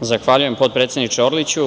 Zahvaljujem potpredsedniče Orliću.